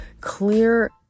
clear